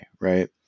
right